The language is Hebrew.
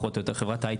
חברת הייטק.